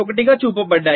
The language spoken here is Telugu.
1 గా చూపబడ్డాయి